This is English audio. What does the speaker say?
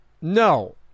no